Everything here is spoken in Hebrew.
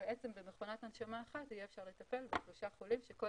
ובעצם במכונת הנשמה אחת יהיה אפשר לטפל בשלושה חולים שכל